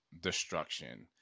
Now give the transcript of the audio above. destruction